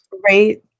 Great